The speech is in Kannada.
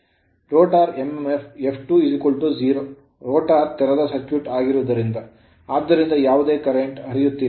rotor mmf F2 0 ರೋಟರ್ ತೆರೆದ ಸರ್ಕ್ಯೂಟ್ ಆಗಿರುವುದರಿಂದ ಆದ್ದರಿಂದ ಯಾವುದೇ current ಹರಿಯುತ್ತಿಲ್ಲ